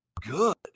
good